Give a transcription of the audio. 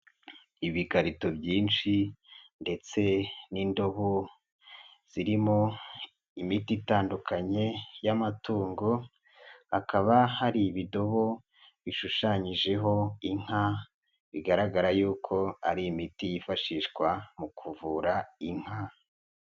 Ibikarito byinshi ndetse n'indobo zirimo imiti itandukanye y'amatungo, hakaba hari ibidobo bishushanyijeho inka, bigaragara yuko ari imiti yifashishwa mu kuvura inka.